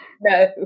No